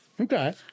Okay